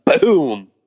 boom